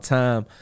time